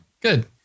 Good